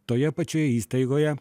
toje pačioje įstaigoje